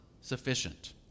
sufficient